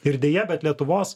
ir deja bet lietuvos